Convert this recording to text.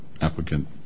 applicant